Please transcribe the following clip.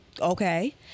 Okay